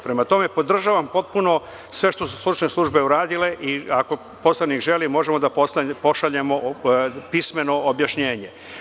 Podržavam potpuno sve što su stručne službe uradile i ako poslanik želi, možemo da pošaljemo pismeno objašnjenje.